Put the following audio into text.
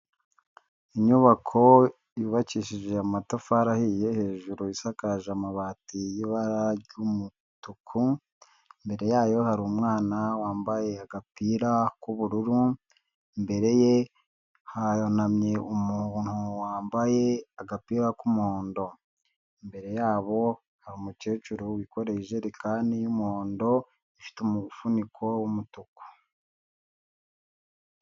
Inyubako yubakishije amatafari ahiye hejuru isakaje amabati y'ibara ry'umutuku, imbere yayo hari umwana wambaye agapira k'ubururu, imbere ye hunamye umuntu wambaye agapira k'umuhondo, imbere yabo hari umukecuru wikoreye ijerekani y'umuhondo, ifite umufuniko w'umutuku.